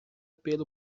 pelo